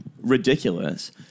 ridiculous